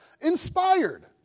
inspired